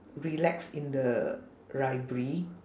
relax in the library